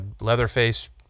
Leatherface